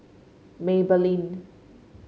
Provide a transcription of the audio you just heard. Maybelline